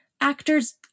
actors